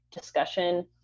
discussion